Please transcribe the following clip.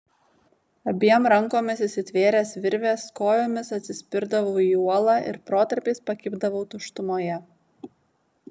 abiem rankomis įsitvėręs virvės kojomis atsispirdavau į uolą ir protarpiais pakibdavau tuštumoje